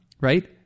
right